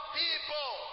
people